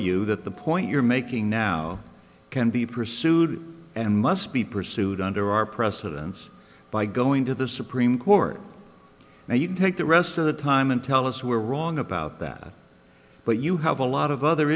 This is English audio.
you that the point you're making now can be pursued and must be pursued under our precedents by going to the supreme court now you can take the rest of the time and tell us we're wrong about that but you have a lot of other